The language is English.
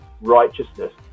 righteousness